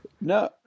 No